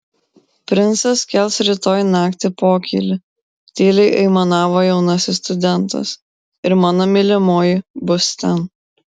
princas kels rytoj naktį pokylį tyliai aimanavo jaunasis studentas ir mano mylimoji bus ten